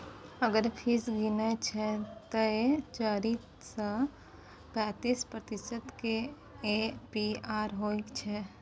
अगर फीस गिनय छै तए चारि सय पैंतीस प्रतिशत केर ए.पी.आर होइ छै